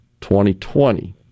2020